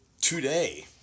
today